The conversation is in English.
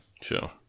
Sure